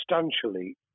substantially